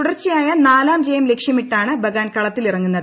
തുടർച്ചയായ നാലാം ജയം ലക്ഷ്യമിട്ടാണ് ബഗാൻ കളത്തിലിറങ്ങുന്നത്